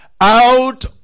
out